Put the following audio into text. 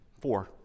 four